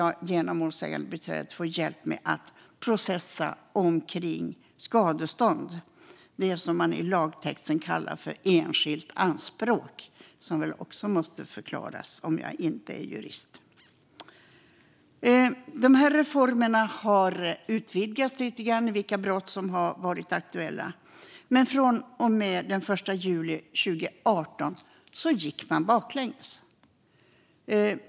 Genom målsägandebiträdet får jag även hjälp med att processa om skadestånd, det som man i lagtexten kallar för enskilt anspråk, vilket väl också måste förklaras om jag inte är jurist. De här reformerna har utvidgats lite grann med avseende på vilka brott som varit aktuella. Men från och med den 1 juli 2018 har man gått baklänges.